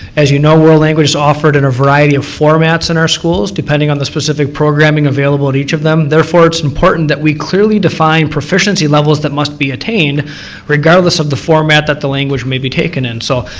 as you know, would language is offered in a variety of formats in our schools depending on the specific programming available on each of them, therefore it's important that we clearly define proficiency levels that must be attained regardless of the format that the language may be taken in. so,